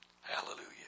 Hallelujah